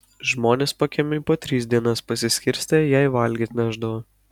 žmonės pakiemiui po tris dienas pasiskirstę jai valgyt nešdavo